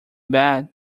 bad